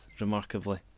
remarkably